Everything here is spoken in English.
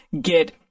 get